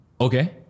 Okay